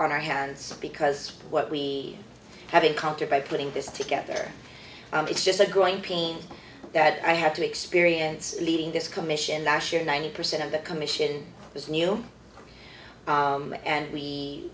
on our hands because of what we have encountered by putting this together it's just a growing pains that i have to experience leading this commission last year ninety percent of the commission was new and we